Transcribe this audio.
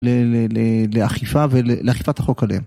לאכיפה ולאכיפת החוק עליהם.